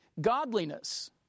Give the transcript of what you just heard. godliness